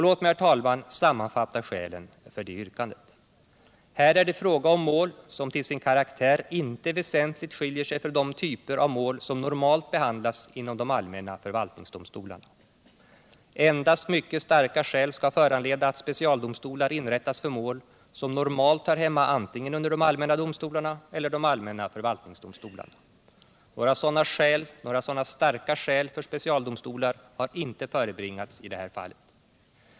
Låt mig, herr talman, sammanfatta skälen för det yrkandet: Här är det fråga om mål som till sin karaktär — Inrättande av inte väsentligt skiljer sig från de typer av mål som normalt behandlas = regionala försäkinom de allmänna förvaltningsdomstolarna. Endast mycket starka skäl — ringsrätter skall föranleda att specialdomstolar inrättas för mål som normalt hör hemma antingen under de allmänna domstolarna eller de allmänna förvaltningsdomstolarna. Några sådana starka skäl för specialdomstolar har inte förebringats i det här fallet.